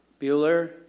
Bueller